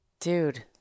Dude